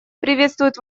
приветствует